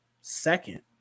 second